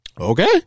Okay